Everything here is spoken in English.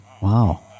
Wow